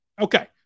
Okay